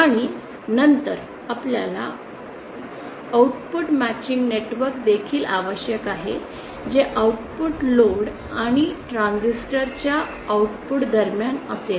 आणि नंतर आपल्याला आउटपुट मॅचिंग नेटवर्क देखील आवश्यक आहे जे आउटपुट लोड आणि ट्रान्झिस्टर च्या आउटपुट दरम्यान असेल